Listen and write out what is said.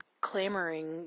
clamoring